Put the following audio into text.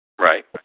Right